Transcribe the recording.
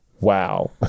Wow